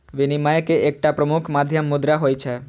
विनिमय के एकटा प्रमुख माध्यम मुद्रा होइ छै